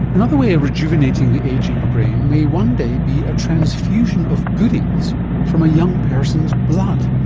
another way of rejuvenating the ageing brain may one day be a transfusion of goodies from a young person's blood.